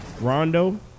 Rondo